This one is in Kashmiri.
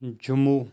جموں